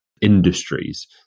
industries